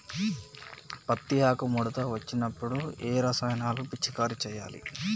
పత్తి ఆకు ముడత వచ్చినప్పుడు ఏ రసాయనాలు పిచికారీ చేయాలి?